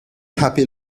happy